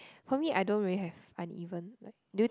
for me I don't really have uneven but do you